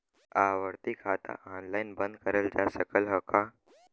आवर्ती खाता ऑनलाइन बन्द करल जा सकत ह का?